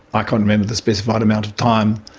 i can't remember the specified amount of time.